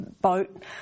boat